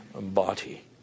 body